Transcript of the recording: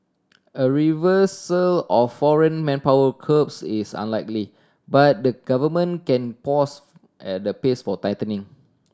a reversal of foreign manpower curbs is unlikely but the Government can pause at the pace for tightening